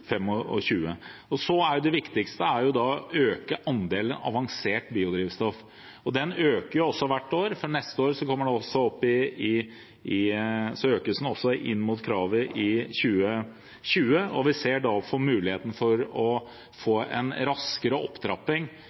å øke andelen avansert biodrivstoff, og den øker hvert år. Neste år økes den også – mot kravet i 2020 – og vi ser da muligheten for å få en raskere opptrapping,